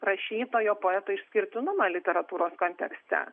rašytojo poeto išskirtinumą literatūros kontekste